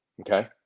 okay